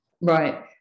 right